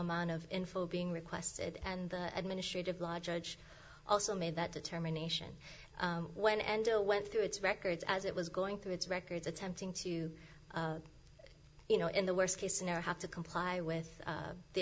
man of info being requested and the administrative law judge also made that determination when enda went through its records as it was going through its records attempting to you know in the worst case scenario have to comply with